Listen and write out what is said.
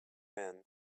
man